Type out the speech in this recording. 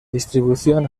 distribución